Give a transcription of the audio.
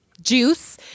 juice